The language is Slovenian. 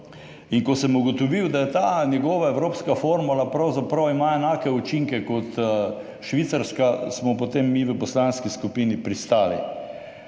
In ko sem ugotovil, da ima ta njegova evropska formula pravzaprav enake učinke kot švicarska, smo potem mi v poslanski skupini pristali.